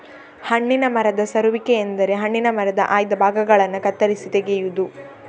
ಹಣ್ಣಿನ ಮರದ ಸರುವಿಕೆ ಎಂದರೆ ಹಣ್ಣಿನ ಮರದ ಆಯ್ದ ಭಾಗಗಳನ್ನ ಕತ್ತರಿಸಿ ತೆಗೆಯುದು